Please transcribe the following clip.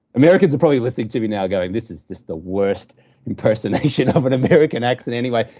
americans are probably listening to me now, going, this is just the worst impersonation of an american accent. anyway.